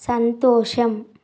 సంతోషం